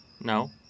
No